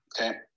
Okay